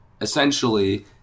essentially